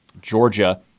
Georgia